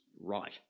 right